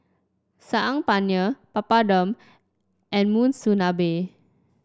Saag Paneer Papadum and Monsunabe